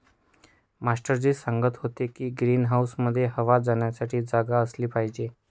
master ji सांगत होते की ग्रीन हाऊसमध्ये हवा जाण्यासाठी जागा असली पाहिजे